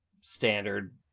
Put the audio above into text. standard